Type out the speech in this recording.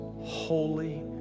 holy